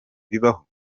bibaho